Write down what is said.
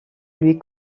lui